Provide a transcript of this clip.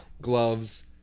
gloves